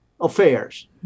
affairs